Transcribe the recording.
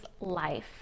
life